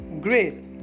Great